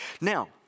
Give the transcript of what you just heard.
Now